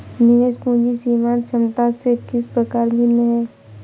निवेश पूंजी सीमांत क्षमता से किस प्रकार भिन्न है?